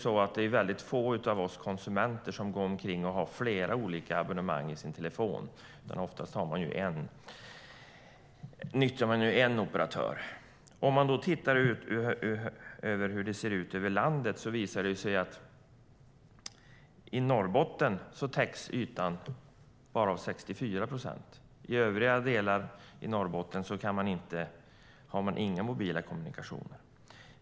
Men det är få av oss konsumenter som går omkring och har flera olika abonnemang i sin telefon. Oftast nyttjar man en operatör. Om man tittar på hur det ser ut över landet visar det sig att Norrbottens yta bara täcks till 64 procent. I övriga delar av Norrbotten har man inga mobila kommunikationer.